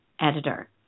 editor